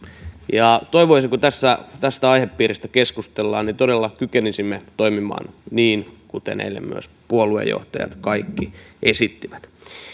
toivoisin kun tässä tästä aihepiiristä keskustellaan että todella kykenisimme toimimaan niin kuin eilen myös kaikki puoluejohtajat esittivät